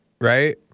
right